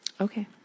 Okay